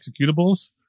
executables